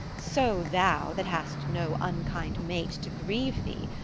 so thou, that hast no unkind mate to grieve thee,